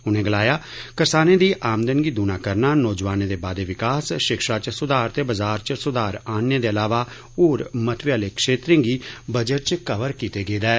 उनें गलाया जे करसानें दी आमदन गी दूना करना नौजवानें दे बाद्दे विकास शिक्षा च सुधार ते बाज़ार च सुधार आनने दे अलावा होर महत्वें आह्ले क्षेत्रें गी बजट च कवर कीता गेदा ऐ